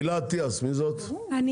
תהילה אטיאס, בבקשה.